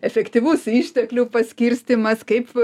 efektyvus išteklių paskirstymas kaip